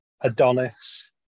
Adonis